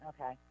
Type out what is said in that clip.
Okay